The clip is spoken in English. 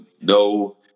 no